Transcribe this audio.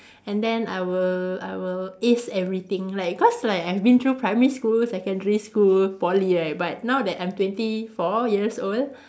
and then I will I will ace everything like cause like I've been through primary school secondary school Poly right but now that I'm twenty four years old